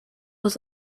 was